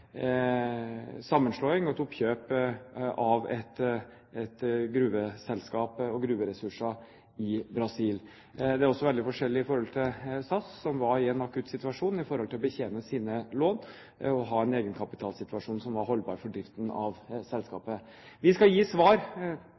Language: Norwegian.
sammenslåing og et oppkjøp av et gruveselskap og av gruveressurser i Brasil. Det er også veldig forskjellig i forhold til SAS, som var i en akutt situasjon når det gjaldt å betjene sine lån og å ha en egenkapitalsituasjon som var holdbar for driften av selskapet. Vi skal gi svar